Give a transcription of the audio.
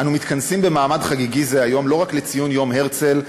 אנו מתכנסים במעמד חגיגי זה היום לא רק לציון יום הרצל,